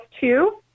two